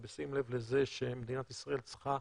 ובשים לב לזה שמדינת ישראל צריכה